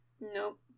Nope